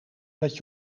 dat